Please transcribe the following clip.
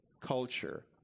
culture